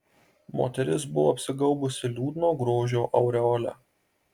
moteris buvo apsigaubusi liūdno grožio aureole